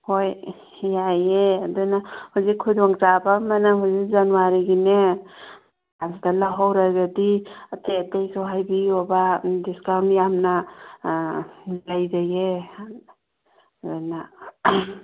ꯍꯣꯏ ꯌꯥꯏꯌꯦ ꯑꯗꯨꯅ ꯍꯧꯖꯤꯛ ꯈꯨꯗꯣꯡ ꯆꯥꯕ ꯑꯃꯅ ꯍꯧꯖꯤꯛ ꯖꯅꯋꯥꯔꯤꯒꯤꯅꯦ ꯑꯗꯨꯗ ꯂꯧꯍꯧꯔꯒꯗꯤ ꯑꯇꯩ ꯑꯇꯩꯁꯨ ꯍꯥꯏꯕꯤꯌꯣꯕ ꯗꯤꯁꯀꯥꯎꯟ ꯌꯥꯝꯅ ꯑꯥ ꯂꯩꯖꯩꯌꯦ ꯑꯅꯥ